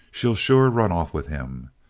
she'll sure run off with him.